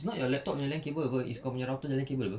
it's not your laptop nya LAN cable [pe] it's kau punya router nya cable [pe]